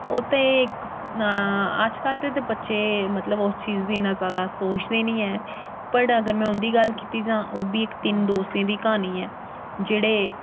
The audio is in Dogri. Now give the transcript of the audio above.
ओह् ते इक अज्जकल दे ते बच्चे मतलब ओह् चीज़ दी इ'न्ना जादा सोचदे निं ऐ वट् अगर में उं'दी गल्ल कीती जा ओह् बी इक तिन्न दोस्तें दी क्हानी ऐ जेह्ड़े